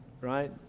right